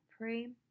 pray